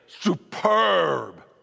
superb